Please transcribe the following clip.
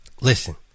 Listen